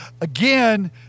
again